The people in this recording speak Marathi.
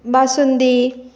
बासुंदी